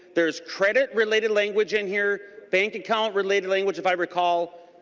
there's credit related language in here. bake account related language if i recall.